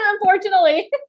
Unfortunately